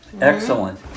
Excellent